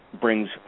brings